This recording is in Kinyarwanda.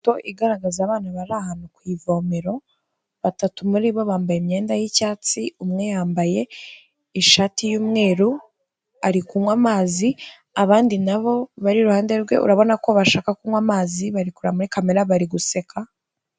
Ifoto igaragaza abana bari ahantu ku ivomero batatu muri bo bambaye imyenda y'icyatsi. Umwe yambaye ishati y'umweru arikunywa amazi. Abandi na bo bari iruhande rwe urabona ko bashaka kunywa amazi barikureba muri kamera bariguseka.